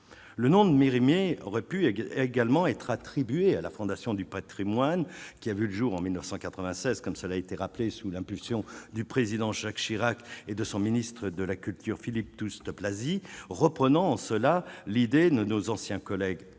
le nom de Mérimée aurait pu, avec également être attribuée à la Fondation du Patrimoine, qui a vu le jour en 1996, comme cela a été rappelé, sous l'impulsion du président Jacques Chirac et de son ministre de la Culture Philippe Douste-Blazy, reprenant en cela l'idée nos anciens collègues